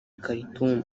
khartoum